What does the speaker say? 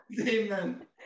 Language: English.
amen